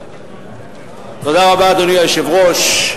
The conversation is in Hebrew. אדוני היושב-ראש,